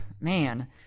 man